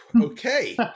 Okay